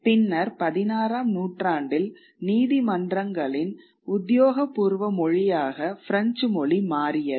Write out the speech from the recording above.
பின்னர் 16 ஆம் நூற்றாண்டில் நீதிமன்றங்களின் உத்தியோகபூர்வ மொழியாக பிரெஞ்சு மொழி மாறியது